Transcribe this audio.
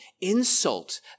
insult